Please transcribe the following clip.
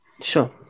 sure